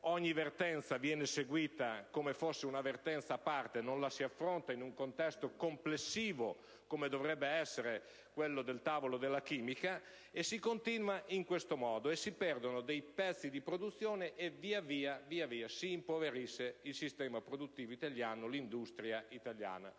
ogni vertenza viene seguita come se fosse una vertenza a parte, non la si affronta in un contesto complessivo come dovrebbe essere quello della chimica. Continuando in questo modo si perdono dei pezzi di produzione e via via si impoveriscono il sistema produttivo e l'industria italiana.